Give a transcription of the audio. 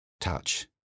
touch